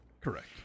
Correct